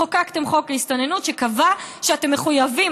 חוקקתם חוק להסתננות שקבע שאתם מחויבים,